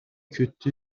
kötü